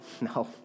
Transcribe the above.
No